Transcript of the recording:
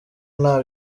nta